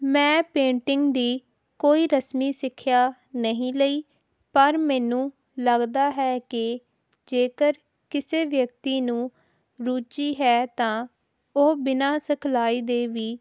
ਮੈਂ ਪੇਂਟਿੰਗ ਦੀ ਕੋਈ ਰਸਮੀ ਸਿੱਖਿਆ ਨਹੀਂ ਲਈ ਪਰ ਮੈਨੂੰ ਲੱਗਦਾ ਹੈ ਕਿ ਜੇਕਰ ਕਿਸੇ ਵਿਅਕਤੀ ਨੂੰ ਰੁਚੀ ਹੈ ਤਾਂ ਉਹ ਬਿਨਾਂ ਸਿਖਲਾਈ ਦੇ ਵੀ